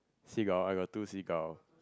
segull I got two seagull